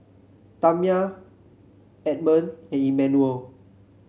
Tamya Edmond and Emmanuel